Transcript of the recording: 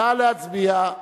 נא להצביע.